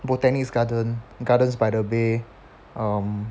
botanic gardens gardens by the bay um